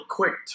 quick